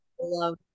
love